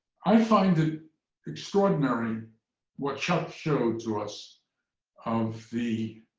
i find it extraordinary what chuck showed to us of the